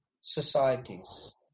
societies